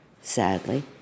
Sadly